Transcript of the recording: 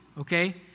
okay